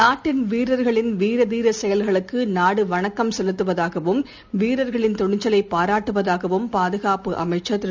நாட்டின் வீரர்களின் வீர தீர செயல்களுக்கு நாடு வணக்கம் செலுத்துவதாகவும் வீரர்களின் துணிச்சவைப் பாராட்டுவதாகவும் பாதுகாப்பு அமைச்சர் திரு